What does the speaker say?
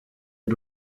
uru